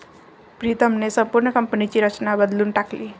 प्रीतमने संपूर्ण कंपनीची रचनाच बदलून टाकली